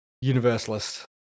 universalist